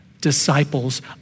disciples